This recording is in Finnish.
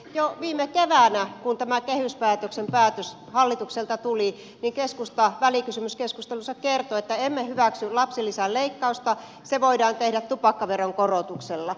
jo viime keväänä kun tämä kehyspäätös hallitukselta tuli keskusta välikysymyskeskustelussa kertoi että emme hyväksy lapsilisän leikkausta se voidaan tehdä tupakkaveron korotuksella